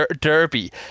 derby